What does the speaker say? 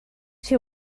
she